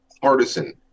partisan